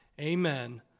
Amen